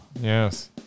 Yes